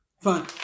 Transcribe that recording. Fine